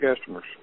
customers